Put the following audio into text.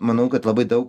manau kad labai daug